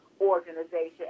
organization